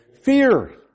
Fear